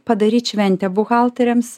padaryt šventę buhalteriams